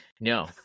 No